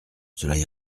cela